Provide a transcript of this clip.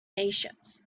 nations